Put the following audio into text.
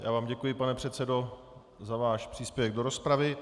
Já vám děkuji, pane předsedo, za váš příspěvek do rozpravy.